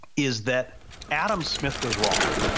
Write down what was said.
is that adam smith was wrong.